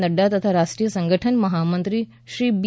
નફા તથા રાષ્ટ્રીય સંગઠન મહામંત્રી શ્રી બી